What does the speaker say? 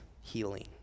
healing